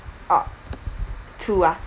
oh two ah